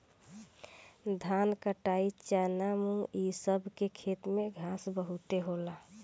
धान, कराई, चना, मुंग इ सब के खेत में घास बहुते होला